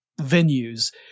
venues